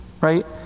Right